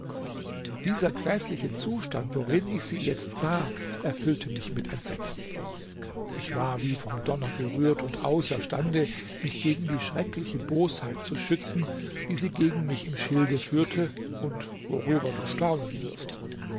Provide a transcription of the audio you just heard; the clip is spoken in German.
dieser gräßliche zustand worin ich sie jetzt sah erfüllte mich mit entsetzen ich war wie vom donner gerührt und außerstande mich gegen die schreckliche bosheit zu schützen die sie gegen mich im schilde führte und worüber du staunen wirst